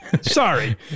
Sorry